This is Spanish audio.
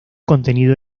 contenido